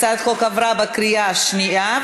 הצעת החוק עברה בקריאה השנייה.